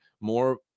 more